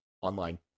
online